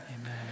amen